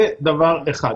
זה דבר אחד.